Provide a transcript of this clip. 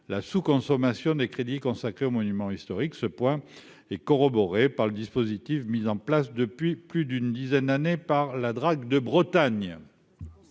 la sous-consommation des crédits consacrés aux monuments historiques, ce point est corroborée par le dispositif mis en place depuis plus d'une dizaine d'années par la Drac de Bretagne.